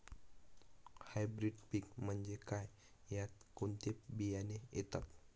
Hybrid पीक म्हणजे काय? यात कोणते बियाणे येतात?